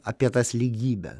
apie tas lygybę